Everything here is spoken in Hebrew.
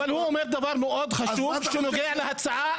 אבל הוא אומר דבר מאד חשוב שנוגע להצעה,